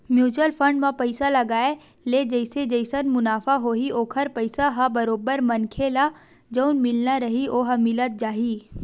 mutual fund म पइसा लगाय ले जइसे जइसे मुनाफ होही ओखर पइसा ह बरोबर मनखे ल जउन मिलना रइही ओहा मिलत जाही